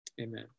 Amen